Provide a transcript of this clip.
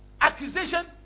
Accusation